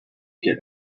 get